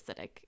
acidic